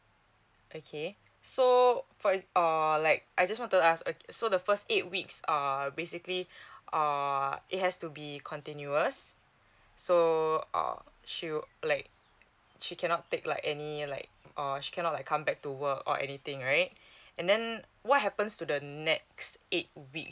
okay so for err like I just want to ask so the first eight weeks uh basically uh it has to be continuous so uh she like she cannot take like any like orh she cannot like come back to work or anything right and then what happens to the next eight weeks